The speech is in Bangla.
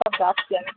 আচ্ছা আসছি আমি